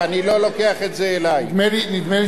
נדמה לי שהוועדה היא ועדה משותפת.